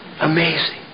Amazing